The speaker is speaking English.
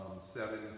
seven